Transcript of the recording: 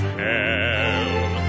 hell